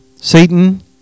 Satan